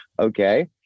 Okay